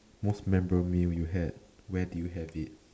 most memorable meal you had where did you have it